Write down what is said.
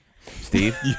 Steve